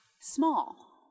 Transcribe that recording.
small